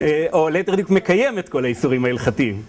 או ליתר דיוק מקיים את כל האיסורים ההלכתיים